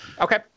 Okay